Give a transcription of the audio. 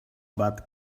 bad